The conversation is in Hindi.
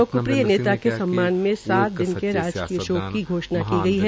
लोकप्रिय नेता के सम्मान में सात दिन के राजकीय शोक की घोषणा की गई है